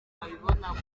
abibonamo